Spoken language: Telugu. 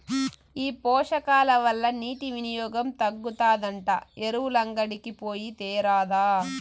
ఈ పోషకాల వల్ల నీటి వినియోగం తగ్గుతాదంట ఎరువులంగడికి పోయి తేరాదా